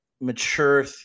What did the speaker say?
mature